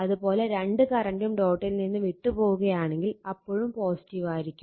അത് പോലെ രണ്ട് കറണ്ടും ഡോട്ടിൽ നിന്ന് വിട്ട് പോവുകയാണെങ്കിൽ അപ്പോഴും ആയിരിക്കും